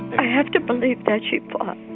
i have to believe that she fought.